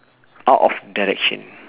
out of direction